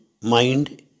mind